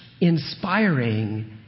inspiring